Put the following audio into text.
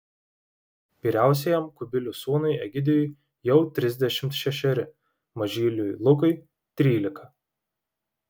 vyriausiajam kubilių sūnui egidijui jau trisdešimt šešeri mažyliui lukui trylika